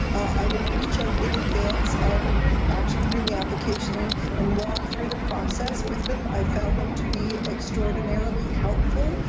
i would reach out in advance of actually putting the application in and walk through the process with them. i found them to be extraordinarily helpful,